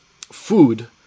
food